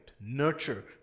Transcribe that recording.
nurture